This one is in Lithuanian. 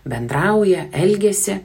bendrauja elgiasi